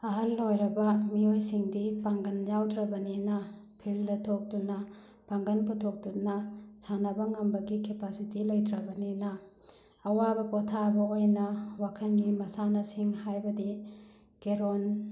ꯑꯍꯜ ꯑꯣꯏꯔꯕ ꯃꯤꯑꯣꯏꯁꯤꯡꯗꯤ ꯄꯥꯡꯒꯟ ꯌꯥꯎꯗ꯭ꯔꯕꯅꯤꯅ ꯐꯤꯜꯗ ꯊꯣꯛꯇꯨꯅ ꯄꯥꯡꯒꯟ ꯄꯨꯊꯣꯛꯇꯨꯅ ꯁꯥꯟꯅꯕ ꯉꯝꯕꯒꯤ ꯀꯦꯄꯥꯁꯤꯇꯤ ꯂꯩꯇ꯭ꯔꯕꯅꯤꯅ ꯑꯋꯥꯕ ꯄꯣꯊꯥꯕ ꯑꯣꯏꯅ ꯋꯥꯈꯟꯒꯤ ꯃꯁꯥꯟꯅꯁꯤꯡ ꯍꯥꯏꯕꯗꯤ ꯀꯦꯔꯣꯟ